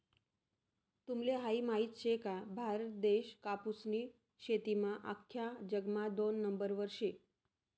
तुम्हले हायी माहित शे का, भारत देश कापूसनी शेतीमा आख्खा जगमा दोन नंबरवर शे